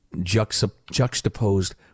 juxtaposed